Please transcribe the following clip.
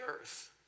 earth